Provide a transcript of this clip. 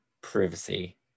privacy